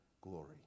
glory